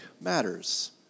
matters